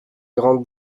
grande